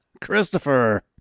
Christopher